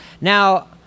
Now